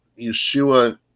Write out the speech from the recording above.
Yeshua